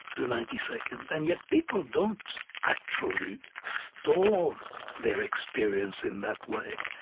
the ninety seconds, and yet, people don't actually store their experience in that way.